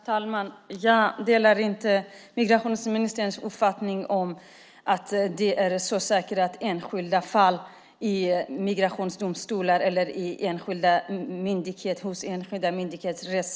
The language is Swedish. Herr talman! Jag delar inte migrationsministerns uppfattning att det är så säkert att situationen i enskilda fall säkras i migrationsdomstolar eller hos enskilda myndigheter.